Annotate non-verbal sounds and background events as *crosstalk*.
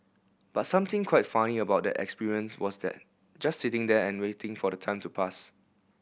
but something quite funny about that experience was *unintelligible* just sitting there and waiting for the time to pass